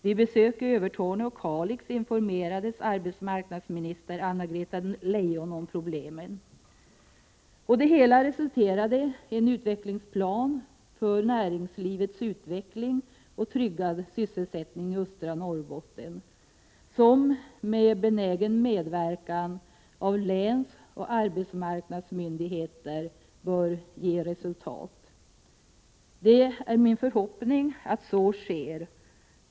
Vid besök i Övertorneå och Kalix informerades arbetsmarknadsminister Anna-Greta Leijon om problemen. Det hela resulterade i en utvecklingsplan för näringslivets utveckling och tryggad sysselsättning i östra Norrbotten, som med benägen medverkan av länsoch arbetsmarknadsmyndigheter bör ge resultat. Det är min förhoppning att så sker.